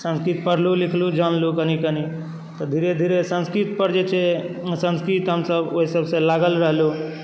संस्कृत पढ़लहुॅं लिखलहुॅं जानलहुॅं कनी कनी तऽ धीरे धीरे संस्कृत पर जे छै संस्कृत हमसब ओहि सबसँ लागल रहलहुॅं